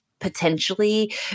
potentially